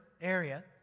area